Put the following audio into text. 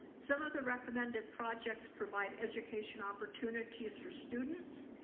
some of the recommended projects provide education opportunities for students.